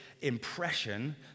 impression